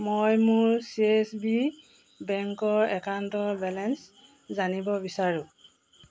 মই মোৰ C S B বেংকৰ একাউণ্টৰ বেলেঞ্চ জানিব বিচাৰোঁ